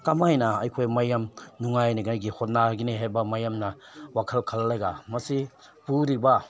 ꯀꯃꯥꯏꯅ ꯑꯩꯈꯣꯏ ꯃꯌꯥꯝ ꯅꯨꯡꯉꯥꯏꯅꯤꯉꯥꯏꯒꯤ ꯍꯣꯠꯅꯒꯅꯤ ꯍꯥꯏꯕ ꯃꯌꯥꯝꯅ ꯋꯥꯈꯜ ꯈꯜꯂꯒ ꯃꯁꯤ ꯄꯨꯔꯤꯕ